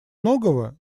многого